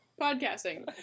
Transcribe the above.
podcasting